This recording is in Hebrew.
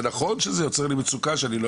זה נכון שזה יוצר לי מצוקה שאני לא